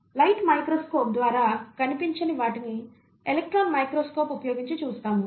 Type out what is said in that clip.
light microscope ద్వారా కనిపించని వాటిని ఎలక్ట్రాన్ మైక్రోస్కోప్ ఉపయోగించి చూస్తాము